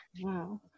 Wow